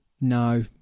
No